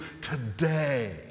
today